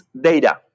data